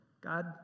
God